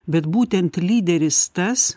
bet būtent lyderis tas